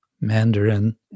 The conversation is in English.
Mandarin